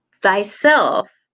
thyself